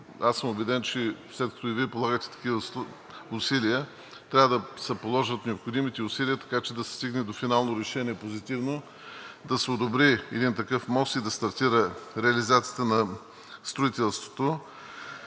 съм убеден, че след като и Вие полагате такива усилия, трябва да се положат необходимите усилия, така че да се стигне до финално, позитивно решение. Да се одобри един такъв мост и да стартира реализацията на строителството.